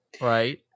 Right